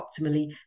optimally